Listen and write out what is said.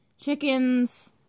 Chickens